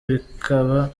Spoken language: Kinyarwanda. bikaba